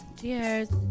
Cheers